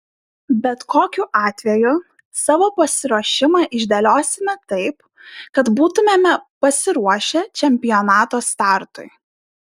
bet kokiu atveju savo pasiruošimą išdėliosime taip kad būtumėme pasiruošę čempionato startui